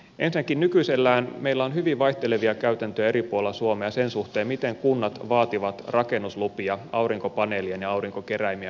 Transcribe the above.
ensinnäkin nykyisellään meillä on hyvin vaihtelevia käytäntöjä eri puolilla suomea sen suhteen miten kunnat vaativat rakennuslupia aurinkopaneelien ja aurinkokeräimien asentamisesta